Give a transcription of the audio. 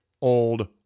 old